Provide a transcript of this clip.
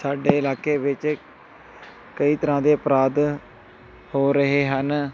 ਸਾਡੇ ਇਲਾਕੇ ਵਿੱਚ ਕਈ ਤਰ੍ਹਾਂ ਦੇ ਅਪਰਾਧ ਹੋ ਰਹੇ ਹਨ